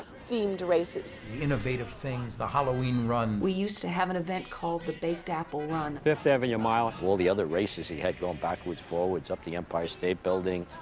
themed races. innovative things, the halloween run. we used to have an event called the baked apple run. fifth avenue mile. all the other races he had going backwards, forwards, up the empire state building.